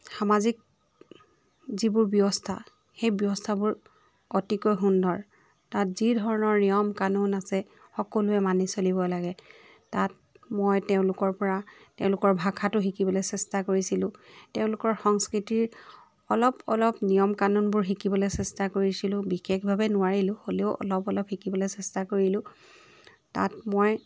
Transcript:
সামাজিক যিবোৰ ব্যৱস্থা সেই ব্যৱস্থাবোৰ অতিকৈ সুন্দৰ তাত যি ধৰণৰ নিয়ম কানুন আছে সকলোৱে মানি চলিব লাগে তাত মই তেওঁলোকৰ পৰা তেওঁলোকৰ ভাষাটো শিকিবলৈ চেষ্টা কৰিছিলোঁ তেওঁলোকৰ সংস্কৃতিৰ অলপ অলপ নিয়ম কানুনবোৰ শিকিবলৈ চেষ্টা কৰিছিলোঁ বিশেষভাৱে নোৱাৰিলোঁ হ'লেও অলপ অলপ শিকিবলৈ চেষ্টা কৰিলোঁ তাত মই